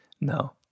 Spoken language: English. No